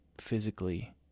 physically